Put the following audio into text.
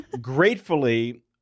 Gratefully